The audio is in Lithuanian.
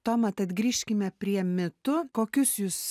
toma tad grįžkime prie mitų kokius jūs